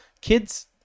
kids